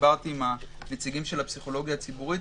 דיברתי עם הנציגים של הפסיכולוגיה הציבורית.